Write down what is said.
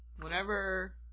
Whenever